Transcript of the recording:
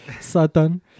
Satan